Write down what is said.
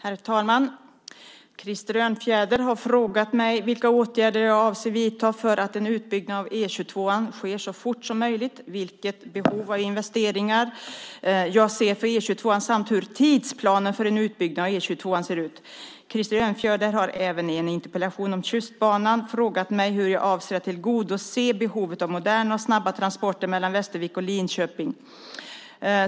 Herr talman! Krister Örnfjäder har frågat mig vilka åtgärder jag avser att vidta för att en utbyggnad av E 22:an sker så fort som möjligt, vilket behov av investeringar jag ser för E 22:an samt hur tidsplanen för en utbyggnad av E 22:an ser ut. Krister Örnfjäder har även i en interpellation om Tjustbanan frågat mig hur jag avser att tillgodose behovet av moderna och snabba transporter mellan Västervik och Linköping.